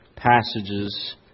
Passages